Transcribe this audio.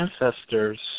ancestors